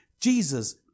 Jesus